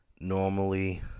Normally